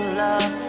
love